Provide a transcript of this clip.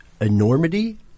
enormity